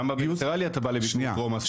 גם בבילטרלי אתה בא לביקור טרום ההשמה.